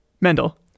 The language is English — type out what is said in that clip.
Mendel